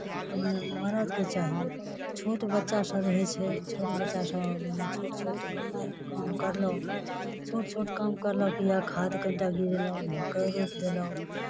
ओहिमे मरदके चाही छोट बच्चासभ रहै छै छोट बच्चासभ मने छोट छोट मने काम करलहुँ छोट छोट काम करलहुँ बिआ खाद कनि टा गिरेलहुँ मक्कइ रोपि देलहुँ